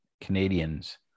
Canadians